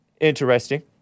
Interesting